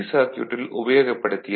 சர்க்யூட்டில் உபயோகப்படுத்திய போது